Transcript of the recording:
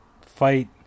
fight